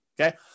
okay